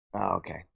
okay